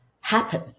happen